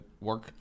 work